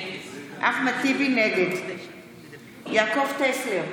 נגד יעקב טסלר,